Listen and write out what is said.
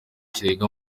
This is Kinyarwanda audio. kirenga